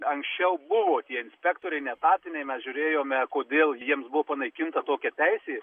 anksčiau buvo tie inspektoriai neetatiniai mes žiūrėjome kodėl jiems buvo panaikinta tokia teisė